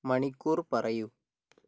മണിക്കൂർ പറയൂ